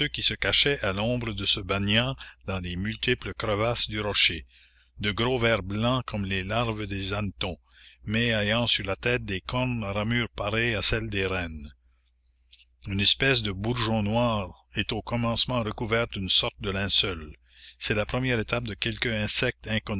qui se cachaient à l'ombre de ce banian dans les multiples crevasses du rocher de gros vers blancs comme les larves des hannetons mais ayant sur la tête des cornes à ramures pareilles à celles des rennes une espèce de bourgeon noir est au commencement recouvert d'une sorte de linceul c'est la première étape de quelque insecte